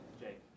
Jake